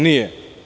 Nije.